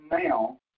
now